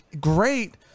great